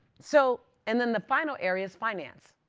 so and then the final area is finance.